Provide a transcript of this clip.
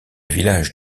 village